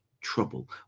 trouble